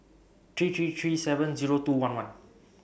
three three three seven Zero two one one